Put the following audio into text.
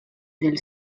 del